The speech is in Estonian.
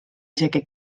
isegi